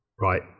right